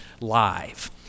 live